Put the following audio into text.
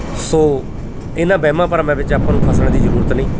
ਸੋ ਇਹਨਾਂ ਵਹਿਮਾਂ ਭਰਮਾਂ ਵਿੱਚ ਆਪਾਂ ਨੂੰ ਫਸਣ ਦੀ ਜ਼ਰੂਰਤ ਨਹੀਂ